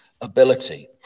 ability